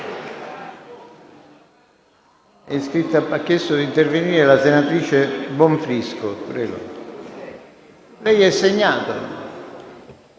Grazie